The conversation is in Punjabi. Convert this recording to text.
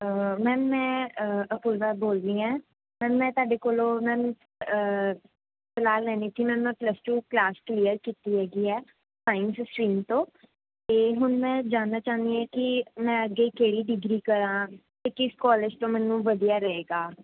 ਮੈਮ ਮੈਂ ਅਪੂਰਵਾ ਬੋਲ ਰਹੀ ਹੈ ਮੈਮ ਮੈਂ ਤਾਡੇ ਕੋਲੋਂ ਮੈਮ ਸਲਾਹ ਲੈਣੀ ਸੀ ਮੈਮ ਮੈਂ ਪਲੱਸ ਟੂ ਕਲਾਸ ਕਲੀਅਰ ਕੀਤੀ ਹੈਗੀ ਹੈ ਸਾਇੰਸ ਸਟਰੀਮ ਤੋਂ ਅਤੇ ਹੁਣ ਮੈਂ ਜਾਣਨਾ ਚਾਹੁੰਦੀ ਹੈ ਕਿ ਮੈਂ ਅੱਗੇ ਕਿਹੜੀ ਡਿਗਰੀ ਕਰਾਂ ਅਤੇ ਕਿਸ ਕੋਲਜ ਤੋਂ ਮੈਨੂੰ ਵਧੀਆ ਰਹੇਗਾ